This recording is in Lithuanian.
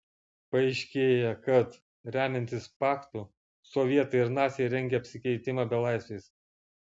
paaiškėja kad remiantis paktu sovietai ir naciai rengia apsikeitimą belaisviais